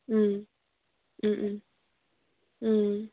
ꯎꯝ ꯎꯝ ꯎꯝ ꯎꯝ